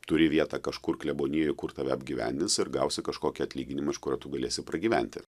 turi vietą kažkur klebonijoj kur tave apgyvendins ir gausi kažkokį atlyginimą iš kurio tu galėsi pragyventi